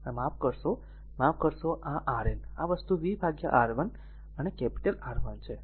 કે જે પણ માફ કરશો v માફ કરશો Rn આ વસ્તુ v R1 અને કેપિટલ R1 છે